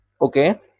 Okay